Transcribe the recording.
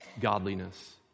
godliness